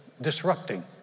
disrupting